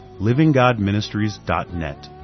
livinggodministries.net